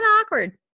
awkward